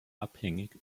abhängig